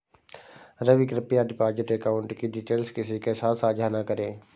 रवि, कृप्या deposit account की details किसी के साथ सांझा न करें